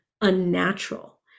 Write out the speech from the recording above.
unnatural